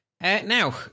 Now